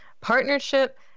partnership